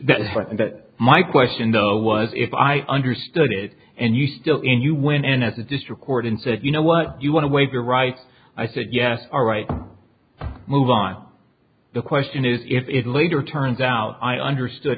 and that my question though was if i understood it and you still in you went in at the district court and said you know what you want to waive your right i said yes all right move on the question is if it later turns out i understood